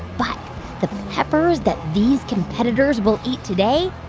but the peppers that these competitors will eat today,